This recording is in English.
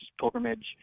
pilgrimage